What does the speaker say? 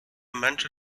менше